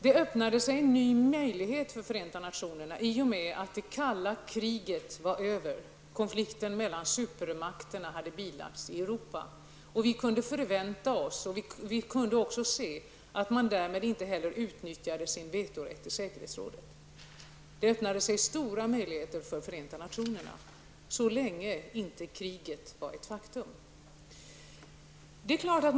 Då öppnade sig en ny möjlighet för Förenta nationerna i och med att det kalla kriget var över. Konflikten mellan supermakterna i Europa hade bilagts. Vi kunde förvänta oss, och vi kunde se, att de därmed inte heller utnyttjade sin vetorätt i säkerhetsrådet. Det öppnar sig stora möjligheter för Förenta nationerna så länge inte kriget var ett faktum.